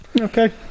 Okay